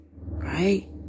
right